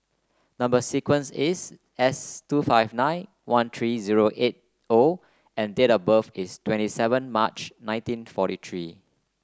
number sequence is S two five nine one three zero eight O and date of birth is twenty seven March nineteen forty three